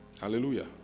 hallelujah